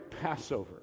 Passover